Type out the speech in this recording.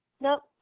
Nope